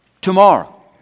tomorrow